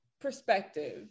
perspective